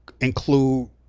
include